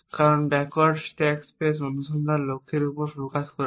কারণ backward stack space অনুসন্ধান লক্ষ্যের উপর ফোকাস করা হয়